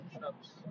shops